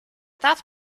that